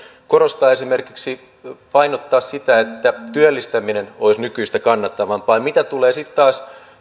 painottaa esimerkiksi sitä että työllistäminen olisi nykyistä kannattavampaa ja mitä tulee sitten taas